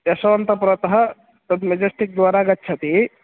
यशवन्तपुरतः तद् मजेस्टिक् द्वारा गच्छति